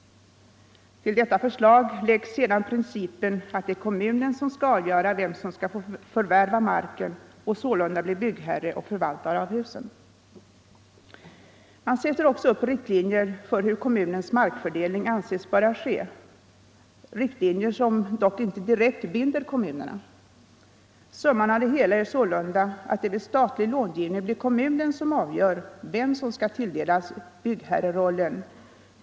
Till detta förslag läggs sedan principen att det är kommunen som skall avgöra vem som skall få förvärva marken och sålunda bli byggherre och förvaltare av husen. Man sätter också upp riktlinjer för hur kommunens markfördelning anses böra ske — riktlinjer som dock inte direkt binder kommunerna. Summan av det hela är sålunda att det vid statlig långivning blir kommunen som avgör vem som skall tilldelas byggherrerollen.